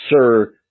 sir